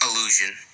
Illusion